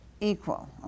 equal